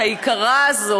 היקרה הזאת,